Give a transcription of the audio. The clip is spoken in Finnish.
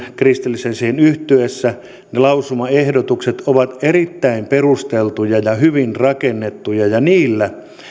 kristillisten siihen yhtyessä lausumaehdotukset ovat erittäin perusteltuja ja ja hyvin rakennettuja ja niillä